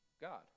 God